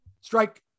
Strike